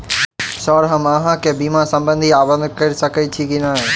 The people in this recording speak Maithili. सर हम अहाँ केँ बीमा संबधी आवेदन कैर सकै छी नै?